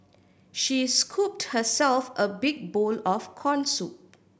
she scooped herself a big bowl of corn soup